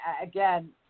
Again